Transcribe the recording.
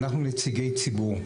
אנחנו נציגי ציבור,